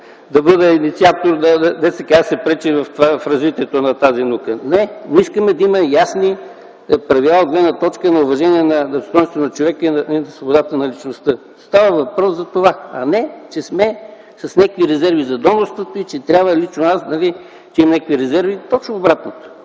да бъда инициатор да се пречи на развитието на тази наука. Не, но искаме да има ясни правила от гледна точка уважение достойнството на човека и свободата на личността. Става дума за това, а не че сме с някакви резерви за донорството и че лично аз имам някакви резерви. Точно обратното,